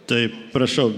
taip prašau